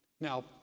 Now